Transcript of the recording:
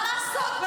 מה לעשות?